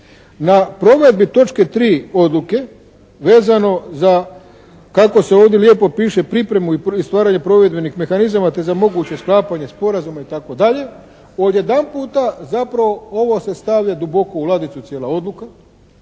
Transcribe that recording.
na provedbi točke 3. odluke vezano za kako se ovdje lijepo piše pripremu i stvaranje provedbenih mehanizama te za moguće sklapanje sporazuma itd. odjedanputa zapravo ovo se stavlja duboko u ladicu cijela odluka,